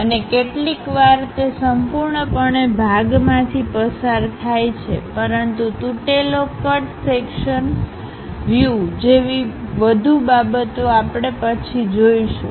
અને કેટલીકવાર તે સંપૂર્ણપણે ભાગમાંથી પસાર થાય છેપરંતુ તુટેલો કટ સેક્શનવ્યુજેવી વધુ બાબતો આપણે પછી જોશું